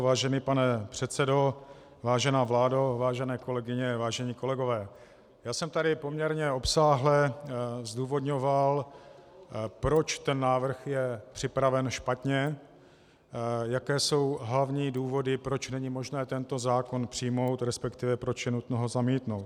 Vážený pane předsedo, vážená vládo, vážené kolegyně, vážení kolegové, já jsem tady poměrně obsáhle zdůvodňoval, proč je ten návrh připraven špatně, jaké jsou hlavní důvody, proč není možné tento zákon přijmout, resp. proč je nutno ho zamítnout.